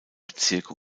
bezirke